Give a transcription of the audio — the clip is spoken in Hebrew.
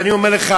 ואני אומר לך,